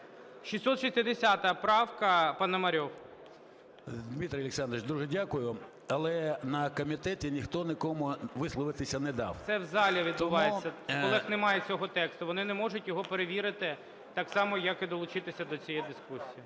Дмитро Олександрович, дуже дякую. Але на комітеті ніхто нікому висловитися не дав. ГОЛОВУЮЧИЙ. Це в залі відбувається. В колег немає цього тексту, вони не можуть його перевірити, так само як і долучитися до цієї дискусії.